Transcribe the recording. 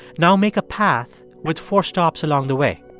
now make a path with four stops along the way.